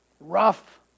rough